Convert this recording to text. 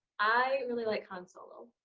i really like console um